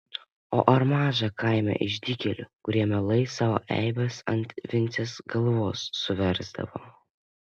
o ar maža kaime išdykėlių kurie mielai savo eibes ant vincės galvos suversdavo